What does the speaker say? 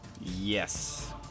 Yes